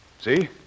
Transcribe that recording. See